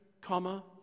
comma